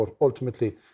ultimately